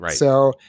Right